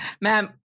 ma'am